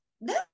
no